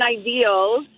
ideals